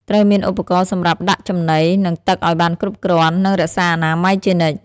ត្រូវមានឧបករណ៍សម្រាប់ដាក់ចំណី និងទឹកឲ្យបានគ្រប់គ្រាន់ និងរក្សាអនាម័យជានិច្ច។